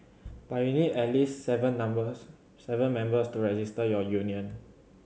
but you need at least seven numbers seven members to register your union